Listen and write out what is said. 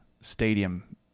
stadium